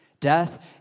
Death